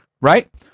Right